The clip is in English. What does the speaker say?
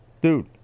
Dude